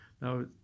Now